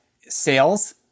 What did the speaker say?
sales